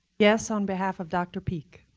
yes, on behalf of dr. peake.